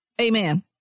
Amen